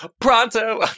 pronto